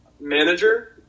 manager